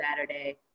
Saturday